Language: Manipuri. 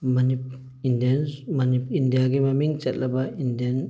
ꯃꯅꯤꯞ ꯏꯟꯗꯤꯌꯥꯟꯁ ꯃꯅꯤꯞ ꯏꯟꯗꯤꯌꯥꯒꯤ ꯃꯃꯤꯡ ꯆꯠꯂꯕ ꯏꯟꯗꯤꯌꯟ